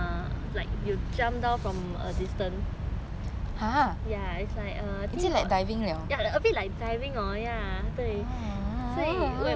a distance ya ya it's like err ya a bit like diving hor ya 对所以我我爬上去 right